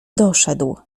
doszedł